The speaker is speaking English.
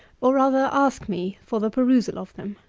or rather ask me, for the perusal of them.